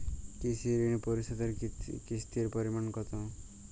কৃষি ঋণ পরিশোধের কিস্তির পরিমাণ কতো?